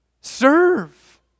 serve